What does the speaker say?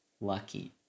lucky